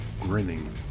grinning